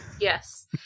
Yes